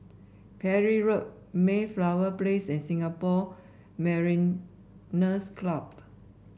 Parry Road Mayflower Place and Singapore Mariners' Club